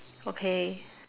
okay